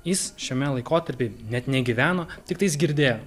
jis šiame laikotarpy net negyveno tiktais girdėjo